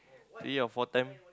three or four time